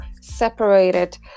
separated